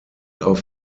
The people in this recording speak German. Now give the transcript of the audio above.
auf